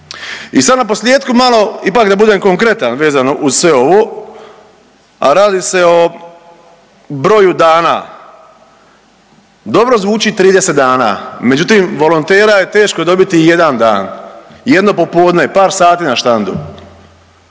I sad na posljetku malo ipak da budem konkretan vezano uz sve ovo, a radi se o broju dana, dobro zvuči 30 dana, međutim volotera je teško dobiti i jedan dan, jedno popodne, par sati na štandu,